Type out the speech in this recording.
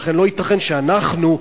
לכן לא ייתכן שאנחנו,